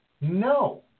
No